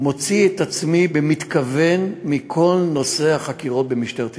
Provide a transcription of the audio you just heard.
מוציא את עצמי במתכוון מכל נושא החקירות במשטרת ישראל.